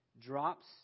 drops